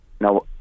Now